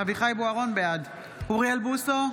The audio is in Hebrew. אוריאל בוסו,